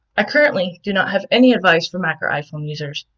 i currently do not have any advice for mac or iphone users.